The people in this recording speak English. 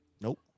Nope